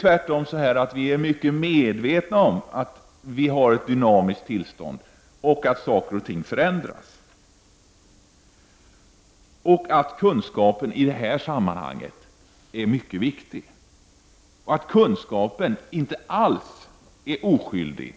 Tvärtom, vi är mycket medvetna om att vi har ett dynamiskt tillstånd och att saker och ting förändras. Kunskapen är mycket viktig i det här sammanhanget. Den är inte alls oskyldig